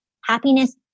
happiness